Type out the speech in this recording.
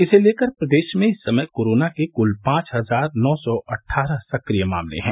इसे लेकर प्रदेश में इस समय कोरोना के क्ल पांच हजार नौ सौ अट्ठारह सक्रिय मामले हैं